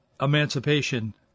Emancipation